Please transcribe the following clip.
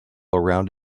around